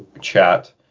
chat